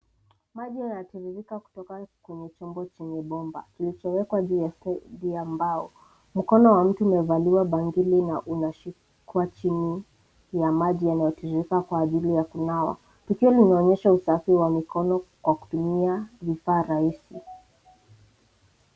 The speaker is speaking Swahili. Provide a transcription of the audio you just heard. Maji yanatiririka kutoka kwenye chombo chenye bomba kilichowekwa juu ya fridge ya mbao. Mkono wa mtu umevaliwa bangili na unashikwa chini ya maji yanayo tiririka, kwa ajili ya kunawa. Tukio linaonesha usafi wa mikono, kwa kutumia vifaa rahisi.